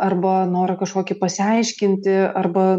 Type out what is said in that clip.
arba norą kažkokį pasiaiškinti arba